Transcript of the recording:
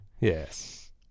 yes